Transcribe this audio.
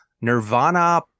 Nirvana